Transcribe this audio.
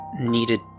needed